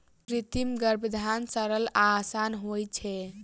कृत्रिम गर्भाधान सरल आ आसान होइत छै